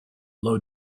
low